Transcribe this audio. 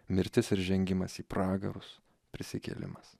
mirtis ir žengimas į pragarus prisikėlimas